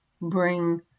Bring